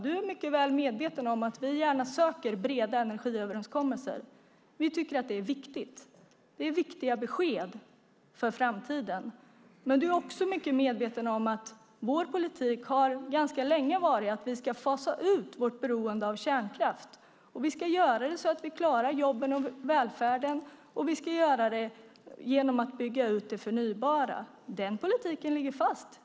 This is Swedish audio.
Energiministern är väl medveten om att vi gärna söker breda energiöverenskommelser. Vi tycker att det är viktigt. Det är viktiga besked för framtiden. Hon är också medveten om att vår politik ganska länge varit att vi ska eliminera vårt beroende av kärnkraft. Vi ska göra det så att vi klarar jobben och välfärden, och vi ska göra det genom att bygga ut det förnybara. Den politiken ligger fast.